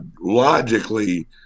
logically